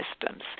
systems